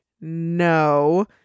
no